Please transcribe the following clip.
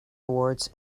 awards